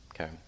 okay